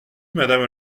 madame